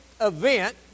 event